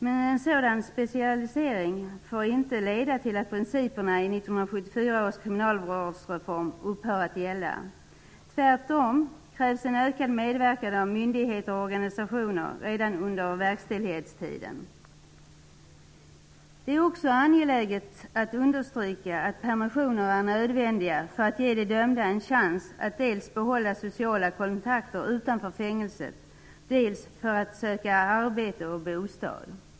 Men en sådan specialisering får inte leda till att principerna i 1974 års kriminalvårdsreform upphör att gälla. Tvärtom krävs en ökad medverkan av myndigheter och organisationer även under verkställighetstiden. Det är också angeläget att understryka att permissioner är nödvändiga för att ge de dömda en chans att dels få behålla social kontakter utanför fängelse, dels söka arbete och bostad.